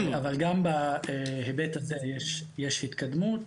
אבל, גם בהיבט הזה יש התקדמות.